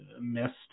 missed